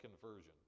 conversion